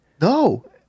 No